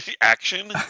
Action